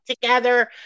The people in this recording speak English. together